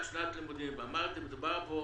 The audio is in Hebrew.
שנת הלימודים ואמרתי לו שמדובר כאן